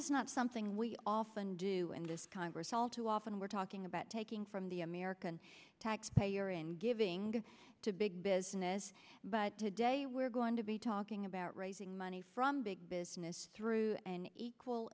is not something we often do and this congress all too often we're talking about taking from the american taxpayer and giving to big business but today we're going to be talking about raising money from big business through an equal